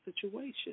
situation